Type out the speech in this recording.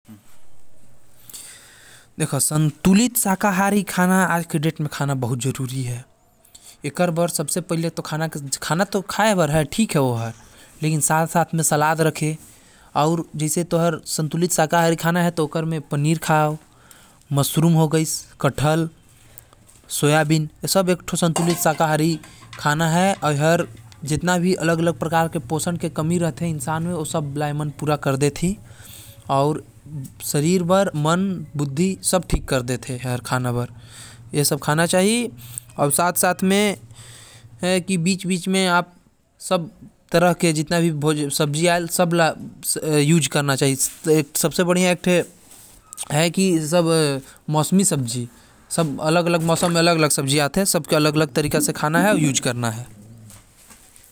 संतुलित शाकाहारी खाना आज कल खाना चाही पनीर, मशरूम, हरा मुंग खड़ा, सोयाबीन खाना चाही अउ ख़ासकर मौसमी सब्जी, सलाद, टमाटर, मूली, गाजर, भाजी को शामिल करें के चाही।